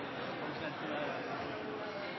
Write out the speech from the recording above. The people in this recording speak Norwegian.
er ikke så